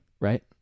right